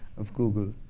of google,